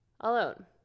alone